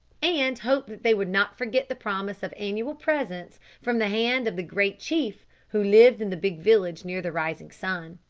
and hoped that they would not forget the promise of annual presents from the hand of the great chief who lived in the big village near the rising sun.